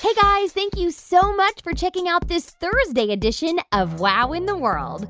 hey, guys, thank you so much for checking out this thursday edition of wow in the world.